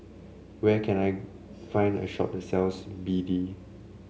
where can I find a shop that sells B D